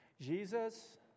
Jesus